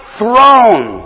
throne